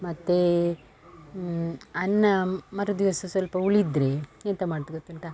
ಮತ್ತೆ ಅನ್ನ ಮರು ದಿವಸ ಸ್ವಲ್ಪ ಉಳಿದರೆ ಎಂಥ ಮಾಡುವುದು ಗೊತ್ತುಂಟಾ